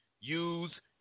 use